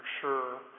sure